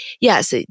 yes